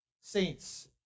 saints